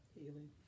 Healing